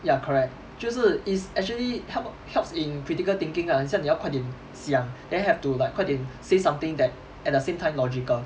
ya correct 就是 it's actually help helps in critical thinking ah 很像你要快点想 then have to like 快点 say something that at the same time logical